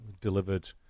delivered